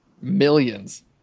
millions